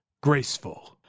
graceful